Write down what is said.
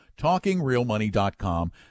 TalkingRealMoney.com